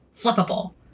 flippable